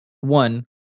one